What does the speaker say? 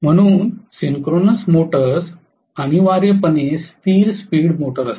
म्हणून synchronous motors अनिवार्यपणे स्थिर स्पीड मोटर असतात